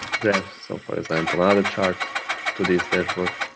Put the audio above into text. graph. so for example, another chart to this dashboard